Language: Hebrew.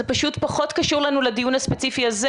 זה פשוט פחות קשור לנו לדיון הספציפי הזה.